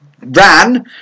Ran